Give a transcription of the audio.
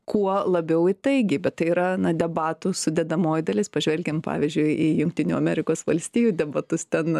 kuo labiau įtaigiai bet tai yra na debatų sudedamoji dalis pažvelkim pavyzdžiui į jungtinių amerikos valstijų debatus ten